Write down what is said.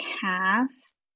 cast